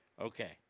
Okay